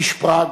איש פראג,